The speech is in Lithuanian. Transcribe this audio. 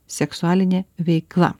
seksualinė veikla